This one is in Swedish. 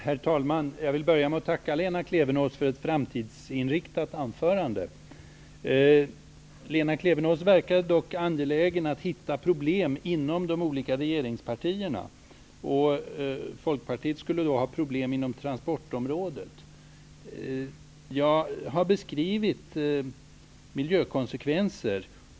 Herr talman! Jag vill börja med att tacka Lena Klevenås för ett framtidsinriktat anförande. Hon verkade dock angelägen om att hitta problem inom de olika regeringspartierna. Folkpartiet skulle då ha problem inom transportområdet. Jag har beskrivit miljökonsekvenser.